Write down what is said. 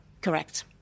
Correct